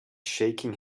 shaking